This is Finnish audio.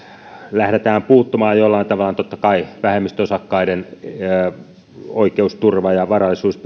lähdetään puuttumaan jollain tavalla totta kai vähemmistöosakkaiden oikeusturva ja varallisuus